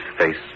face